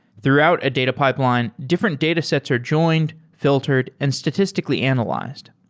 throughout a data pipeline, different datasets are joined, fi ltered, and statistically analyzed.